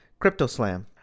CryptoSlam